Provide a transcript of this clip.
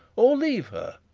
or leave her?